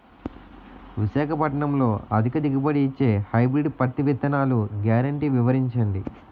విశాఖపట్నంలో అధిక దిగుబడి ఇచ్చే హైబ్రిడ్ పత్తి విత్తనాలు గ్యారంటీ వివరించండి?